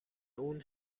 اون